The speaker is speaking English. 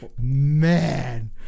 Man